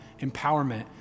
empowerment